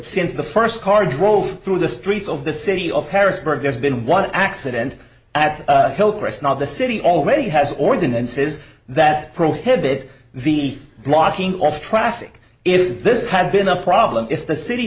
since the first car drove through the streets of the city of harrisburg there's been one accident at hillcrest not the city already has ordinances that prohibit the blocking off traffic if this had been a problem if the city